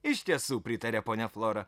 iš tiesų pritarė ponia flora